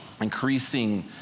increasing